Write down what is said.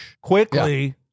Quickly-